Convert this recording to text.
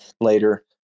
later